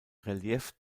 relief